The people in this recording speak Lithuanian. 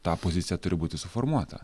ta pozicija turi būti suformuota